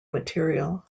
material